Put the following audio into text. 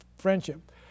friendship